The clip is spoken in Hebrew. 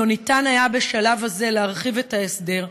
לא ניתן היה בשלב הזה להרחיב את ההסדר,